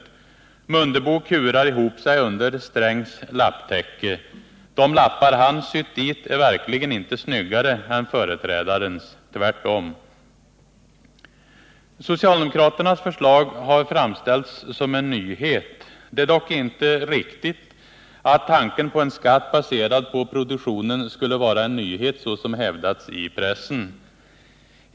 Ingemar Mundebo kurar ihop sig under Gunnar Strängs lapptäcke. De lappar han sytt dit är verkligen inte snyggare än företrädarens — tvärtom! Socialdemokraternas förslag har framställts som en nyhet. Det är dock inte riktigt att tanken på en skatt, baserad på produktionen, skulle vara en nyhet så som hävdats i pressen.